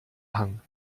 hang